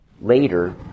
later